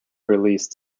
released